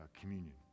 communion